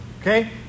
okay